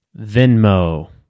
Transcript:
Venmo